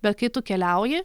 bet kai tu keliauji